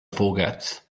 forgets